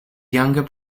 younger